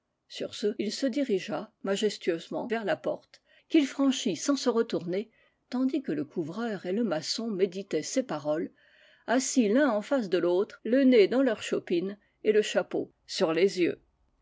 sur ce il se dirigea majestueusement vers la porte qu'il franchit sans se retourner tandis que le couvreur et le maçon méditaient ses paroles assis l un en face de l'autre le nez dans leurs chopines et le chapeau sur les yeux